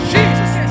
Jesus